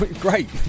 great